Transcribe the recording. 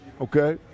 okay